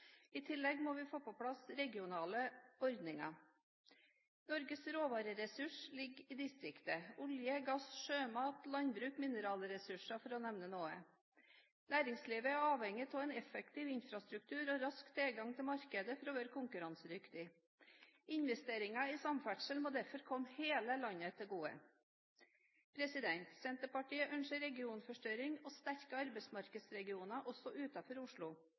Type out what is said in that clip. I tillegg må vi få på plass regionale ordninger. Norges råvareressurs ligger i distriktene – olje, gass, sjømat, landbruk og mineralressurser, for å nevne noe. Næringslivet er avhengig av effektiv infrastruktur og rask tilgang til markedet for å være konkurransedyktig. Investeringer i samferdsel må derfor komme hele landet til gode. Senterpartiet ønsker regionforstørring og sterke arbeidsmarkedsregioner også utenfor Oslo.